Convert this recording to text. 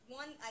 one